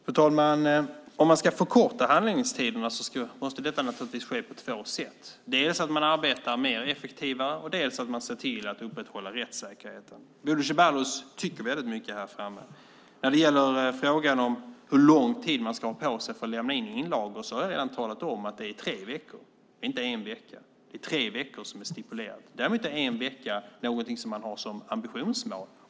Fru talman! Om man ska förkorta handläggningstiderna måste detta naturligtvis ske på två sätt, dels att man arbetar mer effektivt, dels att man ser till att upprätthålla rättssäkerheten. Bodil Ceballos tycker väldigt mycket. När det gäller frågan hur lång tid man ska ha på sig för att lämna in inlagor har jag redan talat om att det är tre veckor, inte en vecka. Det är tre veckor som är stipulerat. Däremot är en vecka någonting som man har som ambitionsmål.